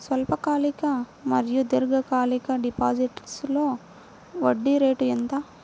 స్వల్పకాలిక మరియు దీర్ఘకాలిక డిపోజిట్స్లో వడ్డీ రేటు ఎంత?